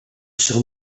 sur